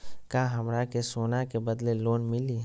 का हमरा के सोना के बदले लोन मिलि?